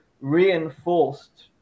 reinforced